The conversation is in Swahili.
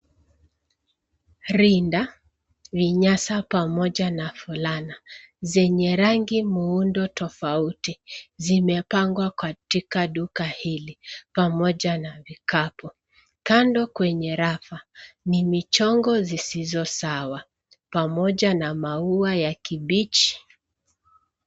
Rinda, vinyasa pamoja na fulana zenye rangi muundo tofauti zimepangwa katika duka hili pamoja na vikapu. Kando kwenye rafa ni michongo zisizo sawa pamoja na maua ya kibichi.